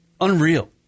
unreal